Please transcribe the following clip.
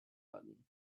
button